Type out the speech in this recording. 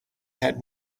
had